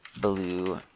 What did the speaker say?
blue